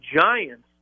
Giants